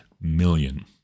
million